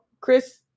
Chris